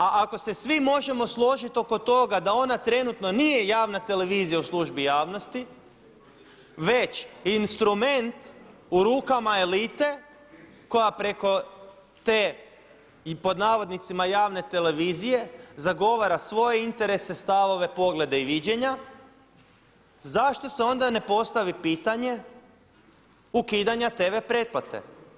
A ako se svi možemo složiti oko toga da ona trenutno nije javna televizija u službi javnosti već instrument u rukama elite koja preko te i pod navodnicima javne televizije zagovara svoje interese, stavove, poglede i viđenja zašto se onda ne postavi pitanje ukidanja tv pretplate?